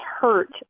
hurt